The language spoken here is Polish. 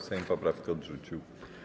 Sejm poprawkę odrzucił.